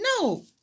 no